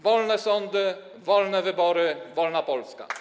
Wolne sądy, wolne wybory, wolna Polska.